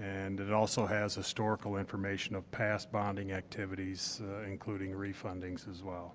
and and also has historical information of past bonding activities including refunding says well.